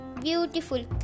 beautiful